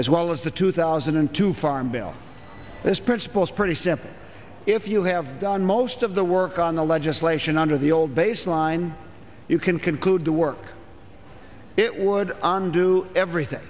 as well as the two thousand and two farm bill this principle is pretty simple if you have done most of the work on the legislation under the old baseline you can conclude the work it would undo everything